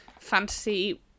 fantasy